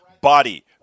body